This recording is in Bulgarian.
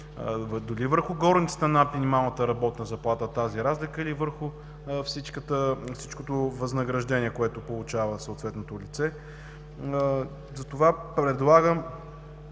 дали върху горницата над минималната работна заплата, или върху всичкото възнаграждение, което получава съответното лице? Затова предлагам,